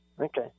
Okay